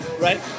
Right